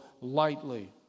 lightly